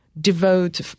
devote